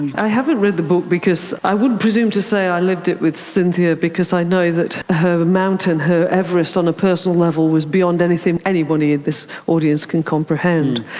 and i haven't read the book because i would presume to say that i lived it with cynthia because i know that her mountain, her everest on a personal level was beyond anything anybody in this audience can comprehend,